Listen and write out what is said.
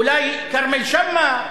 אולי כרמל שאמה,